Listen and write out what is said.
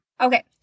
Okay